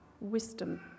wisdom